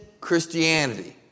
Christianity